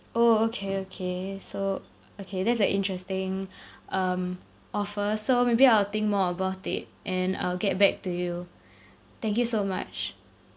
orh okay okay so okay that's a interesting um offer so maybe I will think more about it and I'll get back to you thank you so much